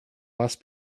must